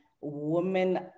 women